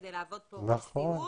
כדי לעבוד פה בסיעוד.